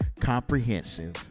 comprehensive